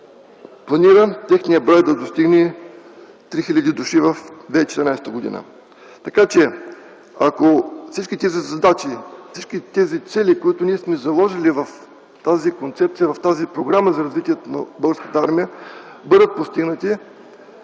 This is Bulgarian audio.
планира техният брой да достигне 3000 души през 2014 г. Ако всички тези задачи, всички тези цели, които ние сме заложили, в тази концепция, в тази програма за развитието на Българската армия, бъдат постигнати,